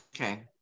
Okay